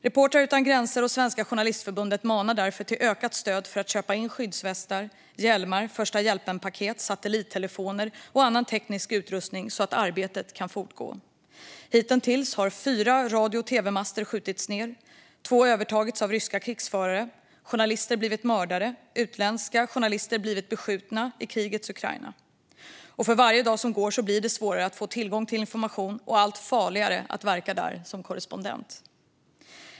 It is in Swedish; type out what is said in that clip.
Reportrar utan gränser och Svenska Journalistförbundet manar därför till ökat stöd för att köpa in skyddsvästar, hjälmar, första hjälpen-paket, satellittelefoner och annan teknisk utrustning, så att arbetet kan fortgå. Hittills har fyra radio och tv-master skjutits ned. Två har övertagits av ryska krigförare. Journalister har blivit mördade, och utländska journalister har blivit beskjutna i krigets Ukraina. För varje dag som går blir det svårare att få tillgång till information och allt farligare att verka där som korrespondent.